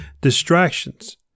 distractions